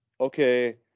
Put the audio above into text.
okay